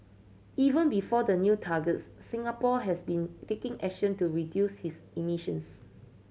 even before the new targets Singapore has been taking action to reduce his emissions